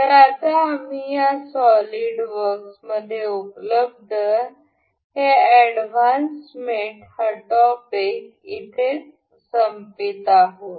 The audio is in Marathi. तर आता आम्ही या सॉलिड वर्क्स मध्ये उपलब्ध हे एडव्हान्स मेट हा टॉपिक इथेच संपवीत आहोत